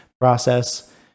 process